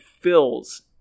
fills